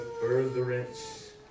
furtherance